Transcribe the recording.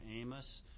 Amos